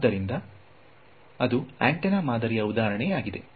ಆದ್ದರಿಂದ ಅದು ಆಂಟೆನಾ ಮಾದರಿಯ ಉದಾಹರಣೆಯಾಗಿದೆ